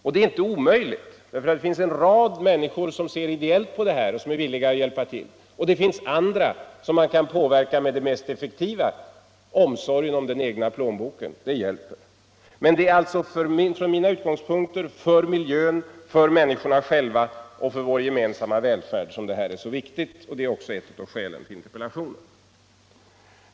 Detta är inte omöjligt, eftersom det finns en rad människor som ser ideellt på det här och som därför är villiga att hjälpa till, och eftersom det också finns andra människor, som man kan påverka med det mest effektiva medlet, nämligen omsorgen om den egna plånboken; det hjälper! Men det är från mina utgångspunkter för miljön och för människorna själva och för vår gemensamma välfärd som energisparandet är mycket viktigt, och detta är också ett av skälen till interpellationen.